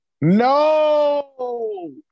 No